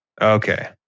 Okay